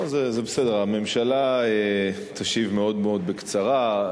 לא, זה בסדר, הממשלה תשיב מאוד מאוד בקצרה.